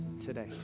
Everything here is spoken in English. today